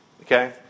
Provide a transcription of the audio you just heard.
Okay